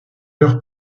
leur